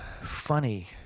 funny